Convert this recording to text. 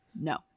No